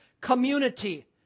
community